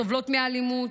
סובלות מאלימות,